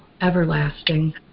everlasting